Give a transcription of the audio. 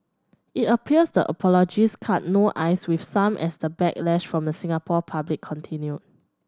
it appears the apologies cut no ice with some as the backlash from the Singapore public continued